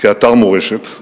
כאתר מורשת.